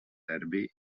serbi